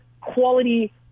quality